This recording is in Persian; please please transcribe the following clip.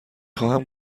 خواهم